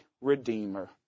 Redeemer